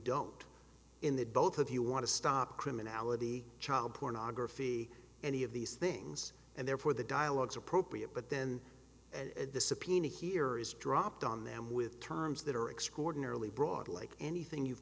don't in that both of you want to stop criminality child pornography any of these things and therefore the dialogues appropriate but then at the subpoena here is dropped on them with terms that are extraordinarily broad like anything you've